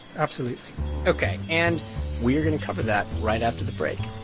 absolutely ok, and we're going to cover that right after the break